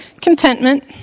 Contentment